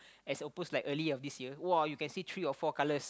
as opposed like early of this year !wah! you can see three or four colours